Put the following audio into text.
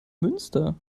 münster